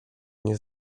nie